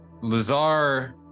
Lazar